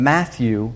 Matthew